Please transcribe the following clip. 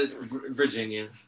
Virginia